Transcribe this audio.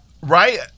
Right